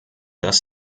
dass